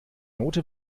note